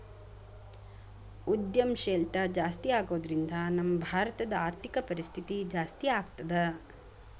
ಉದ್ಯಂಶೇಲ್ತಾ ಜಾಸ್ತಿಆಗೊದ್ರಿಂದಾ ನಮ್ಮ ಭಾರತದ್ ಆರ್ಥಿಕ ಪರಿಸ್ಥಿತಿ ಜಾಸ್ತೇಆಗ್ತದ